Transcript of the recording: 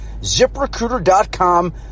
ZipRecruiter.com